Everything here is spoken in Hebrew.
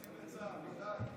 מתגייסים לצה"ל.